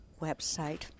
website